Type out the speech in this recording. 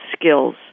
skills